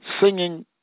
singing